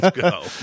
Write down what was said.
go